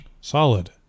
Solid